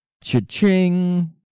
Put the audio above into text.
Cha-ching